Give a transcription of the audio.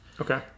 Okay